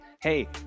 hey